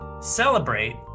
celebrate